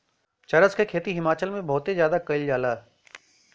चरस क खेती हिमाचल में बहुते जादा कइल जाला